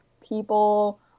people